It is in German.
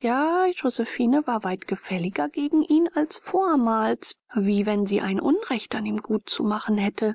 ja josephine war weit gefälliger gegen ihn als vormals wie wenn sie ein unrecht an ihm gut zu machen hätte